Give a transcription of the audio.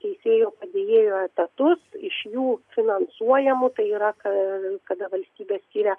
teisėjo padėjėjo etatus iš jų finansuojamų tai yra ką kada valstybė skyria